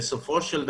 בסופו של דבר,